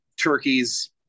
turkeys